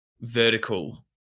vertical